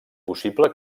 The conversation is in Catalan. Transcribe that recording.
possible